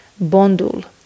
Bondul